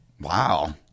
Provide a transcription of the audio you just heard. Wow